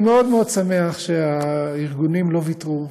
אני מאוד מאוד שמח שהארגונים לא ויתרו,